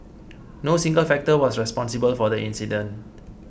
no single factor was responsible for the incident